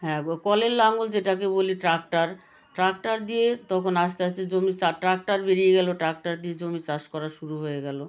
হ্যাঁ কলের লাঙল যেটাকে বলি ট্রাক্টর ট্রাক্টর দিয়ে তখন আস্তে আস্তে জমি চা ট্রাক্টর বেরিয়ে গেল ট্রাক্টর দিয়ে জমি চাষ করা শুরু হয়ে গেল